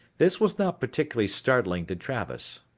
this was not particularly startling to travis.